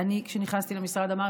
כשנכנסתי למשרד אמרתי: